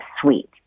suite